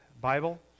Bible